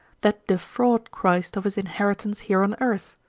that defraud christ of his inheritance here on earth?